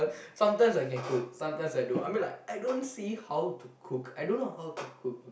sometimes I can cook sometime I don't I mean like I don't see how to cook I don't know how to cook